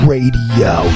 Radio